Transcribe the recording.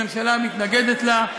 הממשלה מתנגדת לה,